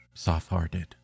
Soft-hearted